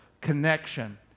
connection